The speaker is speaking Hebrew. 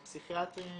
פסיכיאטרים,